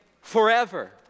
forever